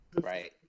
Right